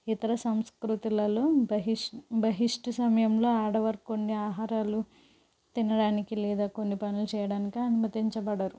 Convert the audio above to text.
ఇతర సంస్కృతులలో బహిస్ బహిష్టు సమయంలో ఆడవారు కొన్ని ఆహారాలు తినడానికి లేదా కొన్ని పనులు చేయడానికి అనుమతించబడరు